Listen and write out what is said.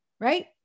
right